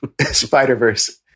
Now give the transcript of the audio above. Spider-Verse